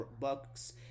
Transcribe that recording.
Bucks